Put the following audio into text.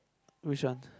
which one